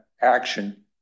action